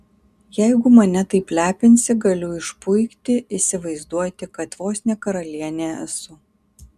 jeigu mane taip lepinsi galiu išpuikti įsivaizduoti kad vos ne karalienė esu